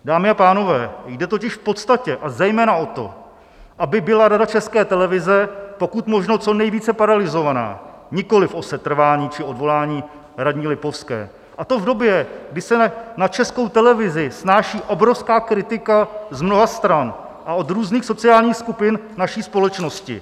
Dámy a pánové, jde totiž v podstatě a zejména o to, aby byla Rada České televize pokud možno co nejvíce paralyzovaná, nikoliv o setrvání či odvolání radní Lipovské, a to v době, kdy se na Českou televizi snáší obrovská kritika z mnoha stran a od různých sociálních skupin naší společnosti.